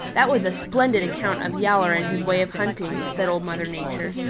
that was a splendid account of yowler and his way of hunting, said old mother nature.